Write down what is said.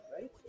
right